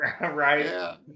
Right